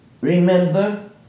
Remember